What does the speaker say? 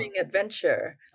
adventure